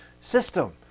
system